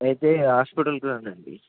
అయితే హాస్పిటల్కి రండి